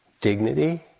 dignity